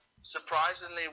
Surprisingly